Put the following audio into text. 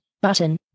button